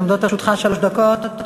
עומדות לרשותך שלוש דקות.